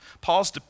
Paul's